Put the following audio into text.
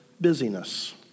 busyness